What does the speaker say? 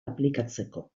aplikatzeko